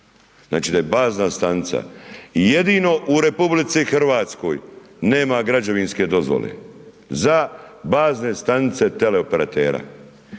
Znači da je bazna stanica jedino u RH nema građevinske dozvole za bazne stanice teleoperatera.